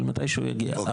אבל מתישהו הוא יגיע.